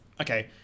Okay